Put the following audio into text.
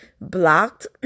blocked